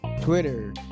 twitter